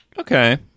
Okay